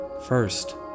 First